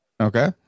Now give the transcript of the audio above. Okay